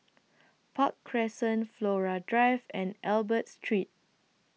Park Crescent Flora Drive and Albert Street